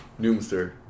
Noomster